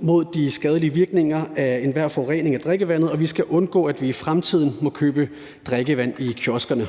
mod de skadelige virkninger af enhver forurening af drikkevandet, og vi skal undgå, at vi i fremtiden må købe drikkevand i kioskerne.